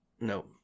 No